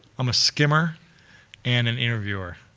i'm a skimmer and an interviewer.